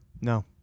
No